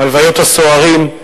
הלוויות הסוהרים,